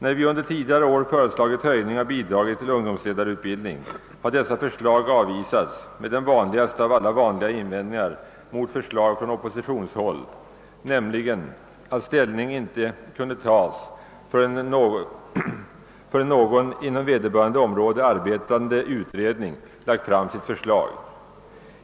När vi under tidigare år föreslagit höjning av bidraget till ungdomsledar utbildning har dessa förslag avvisats med den vanligaste av alla vanliga invändningar mot förslag från Oppositionshåll, nämligen att ställning inte kunde tagas förrän någon inom vederbörande område arbetande utredning lagt fram sitt förslag.